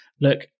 look